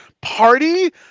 party